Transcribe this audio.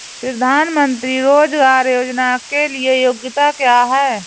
प्रधानमंत्री रोज़गार योजना के लिए योग्यता क्या है?